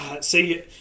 See